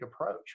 approach